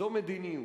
זו מדיניות.